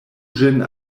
ĝin